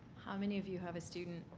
how many of you have a student,